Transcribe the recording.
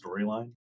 storyline